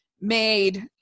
made